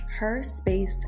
Herspace